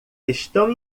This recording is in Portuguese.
estão